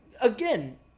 Again